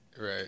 Right